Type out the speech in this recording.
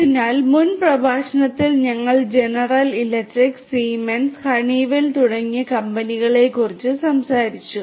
അതിനാൽ മുൻ പ്രഭാഷണത്തിൽ ഞങ്ങൾ ജനറൽ ഇലക്ട്രിക് സീമെൻസ് ഹണിവെൽ തുടങ്ങിയ കമ്പനികളെക്കുറിച്ച് സംസാരിച്ചു